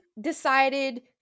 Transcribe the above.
decided